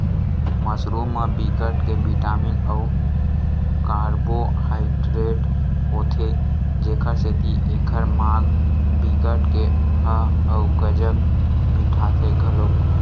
mushroom म बिकट के बिटामिन अउ कारबोहाइडरेट होथे जेखर सेती एखर माग बिकट के ह अउ गजब मिटाथे घलोक